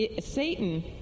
Satan